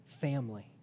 family